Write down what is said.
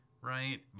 right